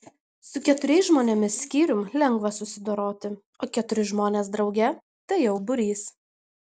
su keturiais žmonėmis skyrium lengva susidoroti o keturi žmonės drauge tai jau būrys